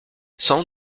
sans